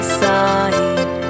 side